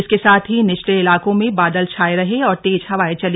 इसके साथ ही निचले इलाकों मे बादल छाए रहे और तेज हवाएं चली